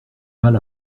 mal